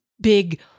big